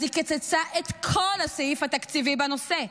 אז היא קיצצה את כל הסעיף התקציבי בנושא.